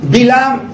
Bilam